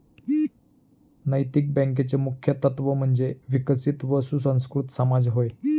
नैतिक बँकेचे मुख्य तत्त्व म्हणजे विकसित व सुसंस्कृत समाज होय